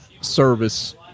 service